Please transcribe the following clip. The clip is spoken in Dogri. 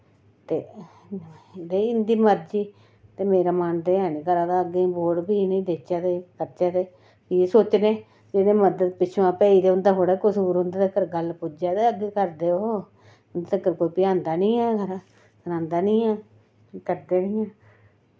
ते रेही इं'दी मरजी ते मेरा मन ते ऐ निं करा दा की अग्गें वोट भी इ'नेंगी देचै ते करचै ते फ्ही सोचने जेह्के मदद पिच्छुआं उं'दा थोह्ड़े कसूर उं'दे तगर गल्ल पुज्जै ते करदे ओह् उं'दे तगर कोई पजांदा निं ऐ सनांदा निं ऐ